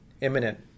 imminent